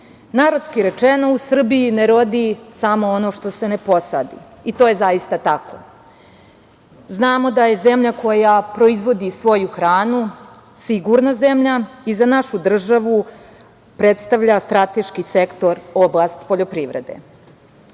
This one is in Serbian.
Narodski rečeno, u Srbiji ne rodi samo ono što se ne posadi, i to je zaista tako. Znamo da je zemlja koja proizvodi svoju hranu sigurna zemlja i za našu državu predstavlja strateški sektor oblast poljoprivrede. Ukoliko